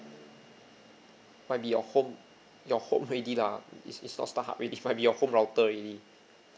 might be your home your home already lah is is not starhub it it might be your home router already